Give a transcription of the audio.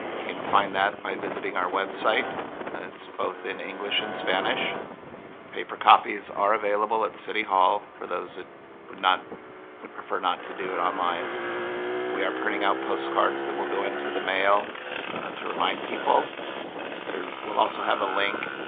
you can find that by visiting our website it's both in english and spanish paper copies are available at city hall for those that would not would prefer not to do it online we are printing out postcards that will go into the mail and to remind people there will also have a link